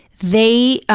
they